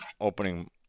opening